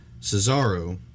Cesaro